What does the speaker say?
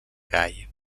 gall